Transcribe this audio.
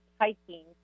hiking